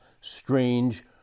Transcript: strange